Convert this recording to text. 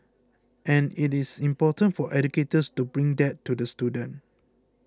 and it is important for educators to bring that to the student